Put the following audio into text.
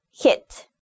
hit